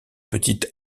petite